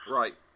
right